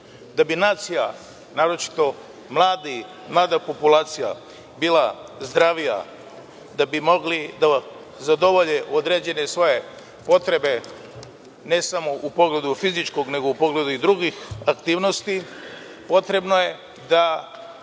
bi nacija, naročito mlada populacija, bila zdravija, da bi mogli da zadovolje određene svoje potrebe, ne samo u pogledu fizičkog, nego i u pogledu drugih aktivnosti, potrebno je da